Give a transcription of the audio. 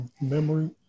memory